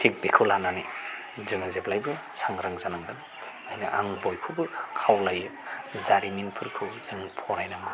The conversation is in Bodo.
थिग बेखौ लानानै जोङो जेब्लायबो सांग्रां जानांगोन बेनिखायनो आं बयखौबो खावलायो जारिमिनफोरखौ जों फरायनांगौ